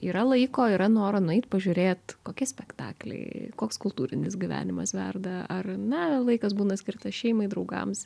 yra laiko yra noro nueit pažiūrėt kokie spektakliai koks kultūrinis gyvenimas verda ar na laikas būna skirtas šeimai draugams